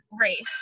race